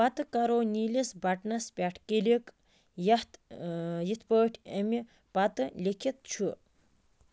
پتہٕ کَرو نیٖلِس بٹنَس پٮ۪ٹھ کِلک یَتھ یِتھٕ پٲٹھۍ اَمہِ پتہٕ لیٚکھِتھ چھُ